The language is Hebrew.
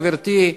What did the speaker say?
גברתי,